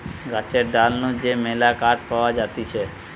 গাছের ডাল নু যে মেলা কাঠ পাওয়া যাতিছে